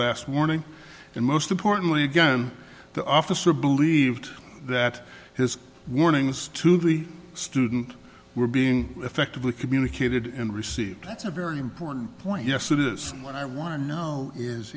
last warning and most importantly again the officer believed that his warnings to the student were being effectively communicated and received that's a very important point yes that is what i want to know is